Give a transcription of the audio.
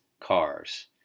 Cars